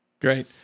Great